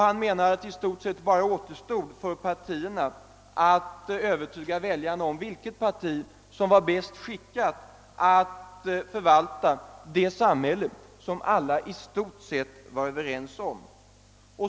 Han menade att det i stort sett bara återstod för partierna att övertyga väljarna om vilket parti som var bäst skickat att förvalta det samhälle som alla i stort sett var överens om.